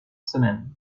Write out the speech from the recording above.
semaine